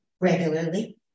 regularly